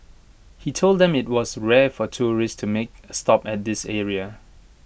he told them IT was rare for tourists to make A stop at this area